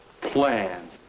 plans